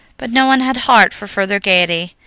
but no one had heart for further gaiety,